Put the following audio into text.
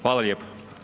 Hvala lijepo.